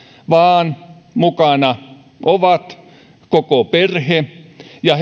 vaan mukana on koko perhe ja